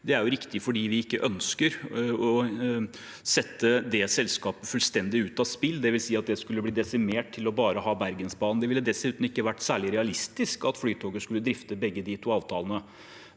Det er riktig fordi vi ikke ønsker å sette det selskapet fullstendig ut av spill, dvs. at det skulle bli desimert til bare å ha Bergensbanen. Det ville dessuten ikke vært særlig realistisk at Flytoget skulle drifte begge de to avtalene.